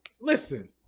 listen